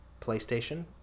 PlayStation